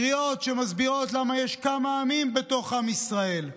קריאות שמסבירות למה יש כמה עמים בתוך עם בישראל,